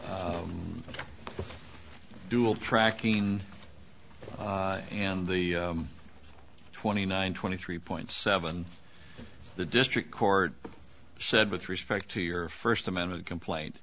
dual tracking and the twenty nine twenty three point seven the district court said with respect to your first amendment complaint